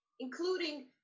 including